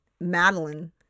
Madeline